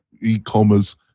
e-commerce